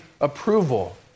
approval